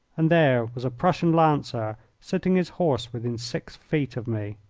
and there was a prussian lancer sitting his horse within six feet of me.